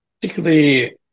particularly